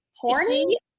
horny